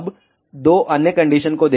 अब दो अन्य कंडीशन को देखें